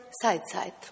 side-side